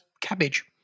cabbage